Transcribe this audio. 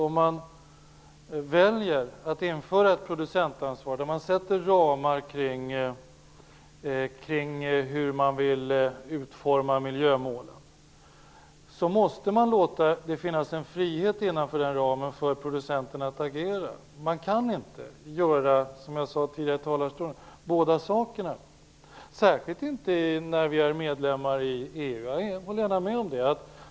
Om man väljer att införa ett producentansvar och sätter ramar för hur man vill utforma miljömålen måste man låta det finnas en frihet för producenterna att agera innanför de ramarna. Man kan inte, som jag tidigare sade, göra båda sakerna, särskilt inte när vi är med i EU. Det håller jag gärna med om.